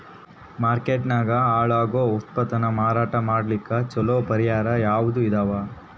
Market ನಾಗ ಹಾಳಾಗೋ ಉತ್ಪನ್ನ ಮಾರಾಟ ಮಾಡಲಿಕ್ಕ ಚಲೋ ಪರಿಹಾರ ಯಾವುದ್ ಇದಾವ?